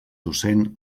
docent